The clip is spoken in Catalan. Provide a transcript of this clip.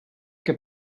què